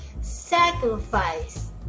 sacrifice